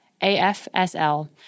afsl